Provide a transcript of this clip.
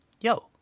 yo